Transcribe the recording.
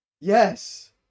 Yes